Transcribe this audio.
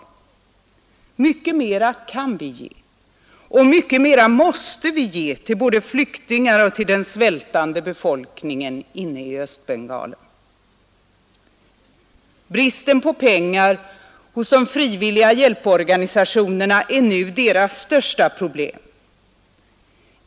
Mycket mer kan vi ge, och mycket mer måste vi ge till både flyktingar och till den svältande befolkningen inne i Östbengalen, Bristen på pengar hos de frivilliga hjälporganisationerna är nu deras största problem.